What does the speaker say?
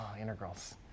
Integrals